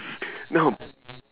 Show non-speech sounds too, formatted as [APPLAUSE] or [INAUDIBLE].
[NOISE] no